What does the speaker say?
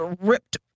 ripped